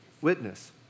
witness